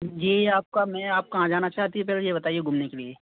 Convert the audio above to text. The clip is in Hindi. जी आपका मैं आप कहाँ जाना चाहती हैं पहले ये बताइए घूमने के लिए